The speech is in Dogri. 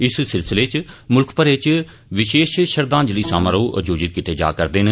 इस सिलसिले च मुल्ख भरै च विशेष श्रद्वांजलि समारोह आयोजित कीते जा रदे न